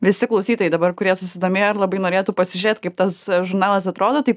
visi klausytojai dabar kurie susidomėjo ir labai norėtų pasižiūrėt kaip tas žurnalas atrodo tai